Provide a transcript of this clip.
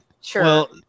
Sure